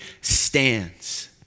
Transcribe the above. stands